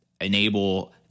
enable